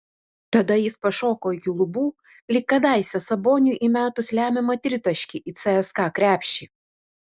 tada jis pašoko iki lubų lyg kadaise saboniui įmetus lemiamą tritaškį į cska krepšį